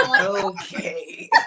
Okay